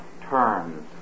turns